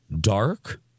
dark